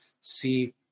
See